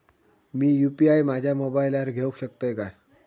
मी UPI माझ्या मोबाईलावर घेवक शकतय काय?